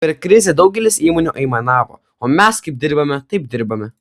per krizę daugelis įmonių aimanavo o mes kaip dirbome taip dirbame